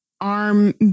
arm